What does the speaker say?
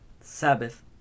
Sabbath